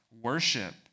worship